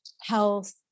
health